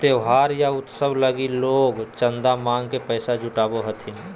त्योहार या उत्सव लगी लोग चंदा मांग के पैसा जुटावो हथिन